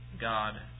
God